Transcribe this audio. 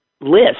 list